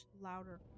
louder